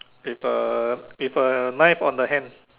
with a with a knife on the hand